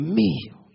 meal